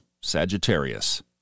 Sagittarius